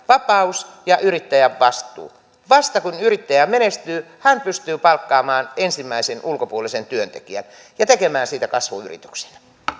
vapaus ja yrittäjän vastuu vasta kun yrittäjä menestyy hän pystyy palkkaamaan ensimmäisen ulkopuolisen työntekijän ja tekemään siitä kasvuyrityksen